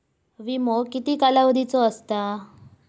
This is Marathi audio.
विमो किती कालावधीचो असता?